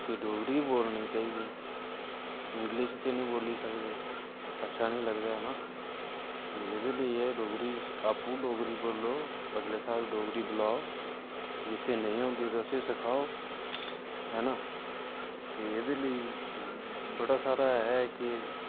ते डोगरी गै बोलनी चाहिदी इंग्लिश च नेईं बोली सकदे अच्छा नि लगदा ऐ ना ते एह्दे लेई गै डोगरी आपूं डोगरी बोलो अगले शा बी डोगरी बलाओ जिसी नेईं औंदी ते उसी सखाओ है ना ते एह्दे लेई बड़ा सारा ऐ के